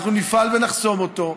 אנחנו נפעל ונחסום אותו.